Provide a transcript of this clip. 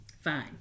Fine